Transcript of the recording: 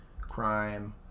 crime